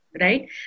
right